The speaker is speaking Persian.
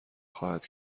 خواهد